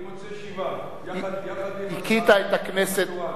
אני מוצא שבעה יחד עם השר התורן,